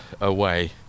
away